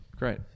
Great